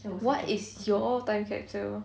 what is your time capsule